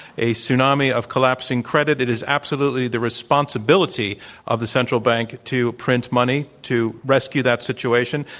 a tsunami of collapsing credit, it is absolutely the responsibility of the central bank to print money to rescue that situation.